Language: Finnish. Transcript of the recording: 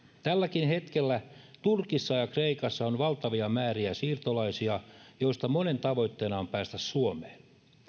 tälläkin hetkellä turkissa ja kreikassa on valtavia määriä siirtolaisia joista monen tavoitteena on päästä suomeen